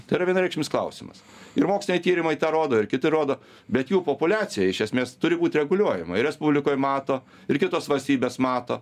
tai yra vienareikšmis klausimas ir moksliniai tyrimai tą rodo ir kiti rodo bet jų populiacija iš esmės turi būt reguliuojama ir respublikoj mato ir kitos valstybės mato